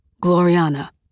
Gloriana